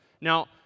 Now